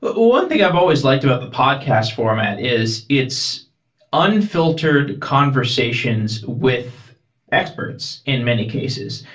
one thing i've always liked about the podcast format is it's unfiltered conversations with experts in many cases,